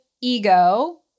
ego